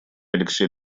алексей